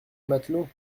matelots